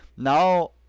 Now